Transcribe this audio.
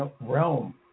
realm